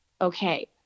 Okay